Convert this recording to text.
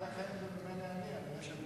צער בעלי-חיים זה ממילא אני, השאר,